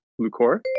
Lucor